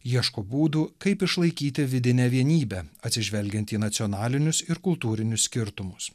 ieško būdų kaip išlaikyti vidinę vienybę atsižvelgiant į nacionalinius ir kultūrinius skirtumus